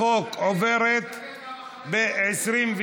תשלום דמי תיווך על ידי מזמין